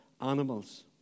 animals